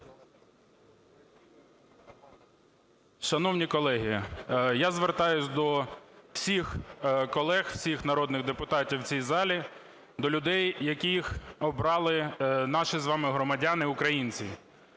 Шановні колеги! Я звертаюсь до всіх колег, всіх народних депутатів в цій залі, до людей, яких обрали наші з вами громадяни українці.